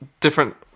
different